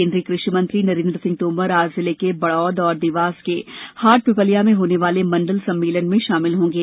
केन्द्रीय कृषि मंत्री नरेन्द्र सिंह तोमर आज जिले के बढ़ौद और देवास के हाटपिपलिया में होने वाले मंडल सम्मेलन में शामिल होंगे